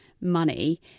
money